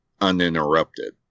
uninterrupted